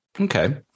Okay